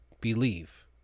believe